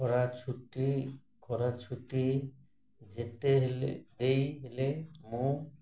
ଖରାଛୁଟି ଖରାଛୁଟି ଯେତେ ହେଲେ ଦେଇ ହେଲେ ମୁଁ